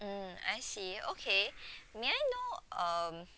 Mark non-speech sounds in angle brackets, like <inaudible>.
mm I see okay <breath> may I know um